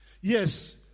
Yes